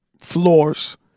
Floors